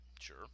sure